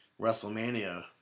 WrestleMania